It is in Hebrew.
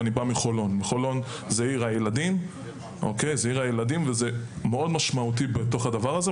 אני בא מחולון שהיא עיר הילדים וזה מאוד משמעותי בדבר הזה.